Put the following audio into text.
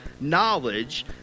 knowledge